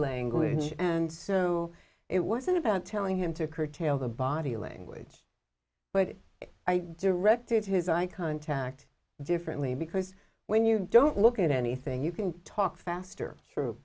language and soon it wasn't about telling him to curtail the body language but i directed his eye contact differently because when you don't look at anything you can talk faster t